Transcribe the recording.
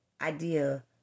idea